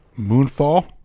moonfall